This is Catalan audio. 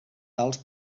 tals